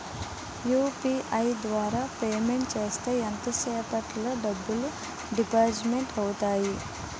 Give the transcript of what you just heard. UPI ద్వారా payment చేస్తే ఎంత సేపటిలో డబ్బులు డిపాజిట్ అవుతాయి?